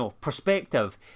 perspective